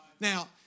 Now